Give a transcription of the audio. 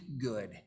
good